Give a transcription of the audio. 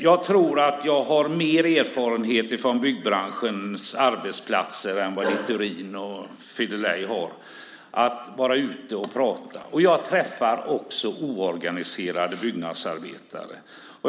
Jag tror att jag har mer erfarenheter från byggbranschens arbetsplatser än vad Littorin och Federley har genom att vara ute och prata. Jag träffar också oorganiserade byggnadsarbetare.